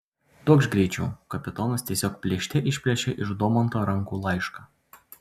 duokš greičiau kapitonas tiesiog plėšte išplėšė iš domanto rankų laišką